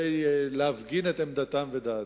כדי להפגין את עמדתם ודעתם.